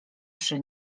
przy